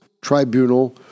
Tribunal